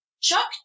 Chuck